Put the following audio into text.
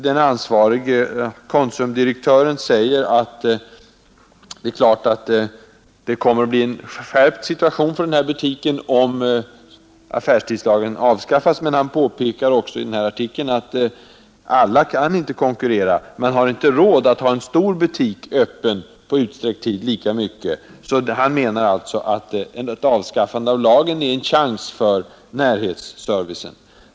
Den ansvarige konsumdirektören säger att det är klart att det kommer att bli en skärpt konkurrenssituation för denna butik, om affärstidslagen skulle avskaffas. Men han påpekar också i denna artikel att alla butiker inte kan konkurrera. Man har inte råd att hålla en stor butik öppen på utsträckt tid lika mycket. Han menar att ett avskaffande av lagen är en chans för närhetsservicen.